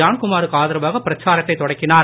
ஜான்குமா ருக்கு ஆதரவாக பிரச்சாரத்தைத் தொடக்கினார்